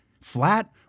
Flat